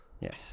Yes